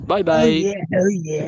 Bye-bye